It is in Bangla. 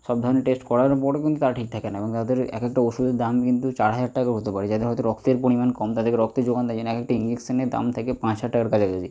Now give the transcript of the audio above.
সব ধরনের টেস্ট করানোর পরও কিন্তু তারা ঠিক থাকে না এবং তাদের এক একটা ওষুধের দাম কিন্তু চার হাজার টাকাও হতে পারে যাদের হয়তো রক্তের পরিমাণ কম তাদেরকে রক্তের জোগান দেয় এই জন্যে এক একটা ইঞ্জেকশনের দাম থাকে পাঁচ হাজার টাকার কাছাকাছি